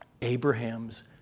Abraham's